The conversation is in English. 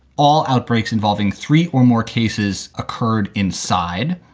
all outbreaks involving three or more cases occurred inside.